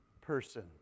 person